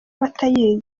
batayizi